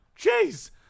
Jeez